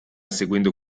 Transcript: seguendo